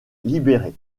libéré